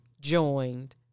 joined